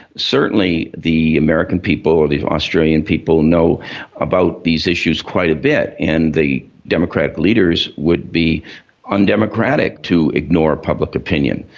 certainly the american people or the australian people know about these issues quite a bit, and the democratic leaders would be undemocratic to ignore public opinion.